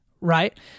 right